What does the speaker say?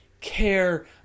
care